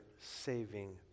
saving